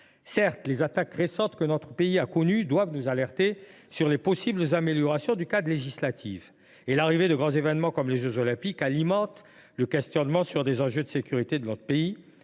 Certes, les attaques récentes que notre pays a connues doivent nous faire réfléchir à de possibles améliorations du cadre législatif. L’organisation prochaine de grands événements comme les jeux Olympiques alimente le questionnement sur les enjeux de sécurité de notre pays.